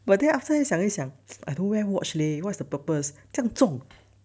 but then after 想一想 either wear watch leh what's the purpose